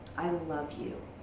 i love you,